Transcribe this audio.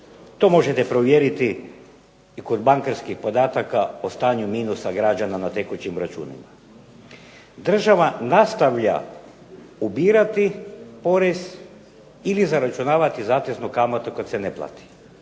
To možete provjeriti kod bankarskih podataka o stanju minusa građana na tekućim računima. Država nastavlja ubirati porez ili zaračunavati zateznu kamatu kad se ne plati.